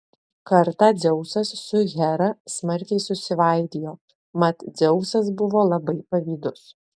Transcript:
kartą dzeusas su hera smarkiai susivaidijo mat dzeusas buvo labai pavydus